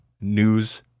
news